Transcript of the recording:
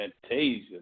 Fantasia